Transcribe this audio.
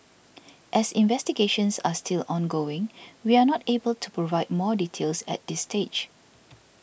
as investigations are still ongoing we are not able to provide more details at this stage